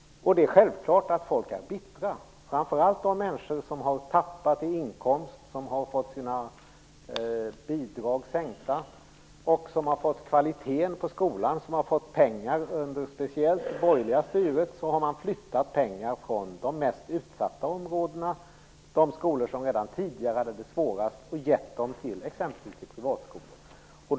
Det är självklart att folk är bittra, framför allt de människor som har förlorat sin inkomst, fått sina bidrag sänkta och kvaliteten på skolan sänkt. Under det borgerliga styret har man flyttat pengar från de mest utsatta områdena, från skolor som redan tidigare hade det svårast, och gett dem exempelvis till privatskolor.